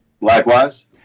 Likewise